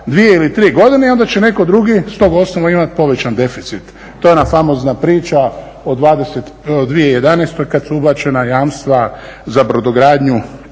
za 2 ili 3 godine i onda će netko drugi s tog osnova imati povećan deficit. To je ona famozna priča o 2011. kad su ubačena jamstva za brodogradnju